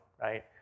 right